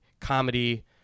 comedy